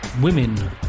Women